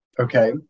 Okay